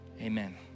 amen